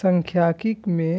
सांख्यिकी मे